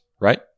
right